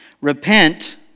repent